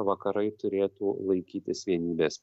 vakarai turėtų laikytis vienybės